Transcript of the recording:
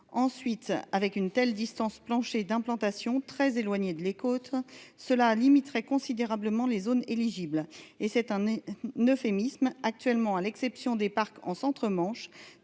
ensuite avec une telle distance plancher d'implantation très éloigné de les côtes cela limiterait considérablement les zones éligibles et cette année ne euphémisme actuellement, à l'exception des parcs en centre Manche